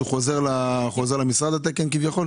התקן כביכול חוזר למשרד לנושאים אסטרטגיים?